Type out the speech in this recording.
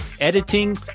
editing